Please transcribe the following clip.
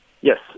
Yes